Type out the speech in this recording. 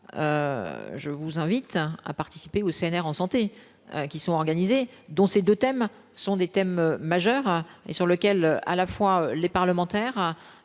Je vous invite à participer au CNR en santé, qui sont organisées, dont ces 2 thèmes sont des thèmes majeurs et sur lequel à la fois les parlementaires